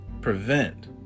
prevent